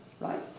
right